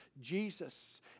Jesus